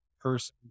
person